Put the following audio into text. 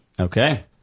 Okay